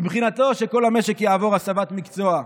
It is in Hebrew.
מבחינתו, שכל המשק יעבור הסבת מקצוע.